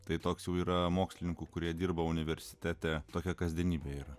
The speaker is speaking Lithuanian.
tai toks jau yra mokslininkų kurie dirba universitete tokia kasdienybė